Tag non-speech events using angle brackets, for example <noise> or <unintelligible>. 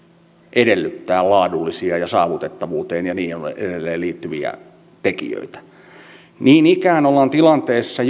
edellyttää laadullisia ja saavutettavuuteen liittyviä ja niin edelleen tekijöitä niin ikään ollaan tilanteessa <unintelligible>